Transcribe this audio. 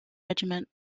regiment